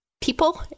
people